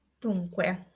Dunque